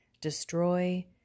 destroy